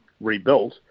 rebuilt